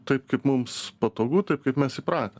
taip kaip mums patogu taip kaip mes įpratę